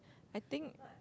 I think